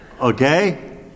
Okay